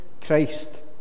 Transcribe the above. Christ